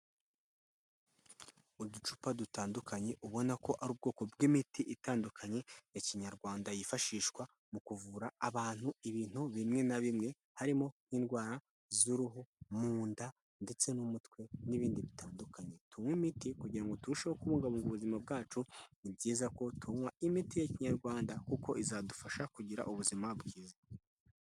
Uducupa dutandukanye ubona ko ari ubwoko bw'imiti itandukanye ya kinyarwanda yifashishwa mu kuvura abantu ibintu bimwe na bimwe harimo n'indwara z'uruhu, mu nda, ndetse n'umutwe n'ibindi bitandukanye. Tunywe imiti kugira ngo turusheho kubungabunga ubuzima bwacu, ni byiza ko tunywa imiti yakinyarwanda kuko izadufasha kugira ubuzima bwiza.